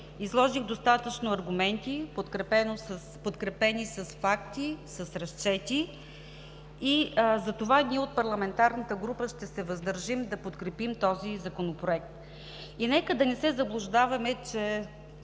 Изложих достатъчно аргументи, подкрепени с факти, с разчети и затова ние от парламентарната група ще се въздържим да подкрепим този Законопроект. И нека да не се заблуждаваме, че